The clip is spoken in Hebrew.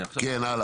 כן, הלאה.